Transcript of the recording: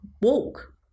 walk